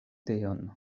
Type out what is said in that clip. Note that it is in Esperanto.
teon